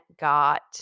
got